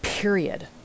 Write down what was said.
Period